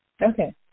Okay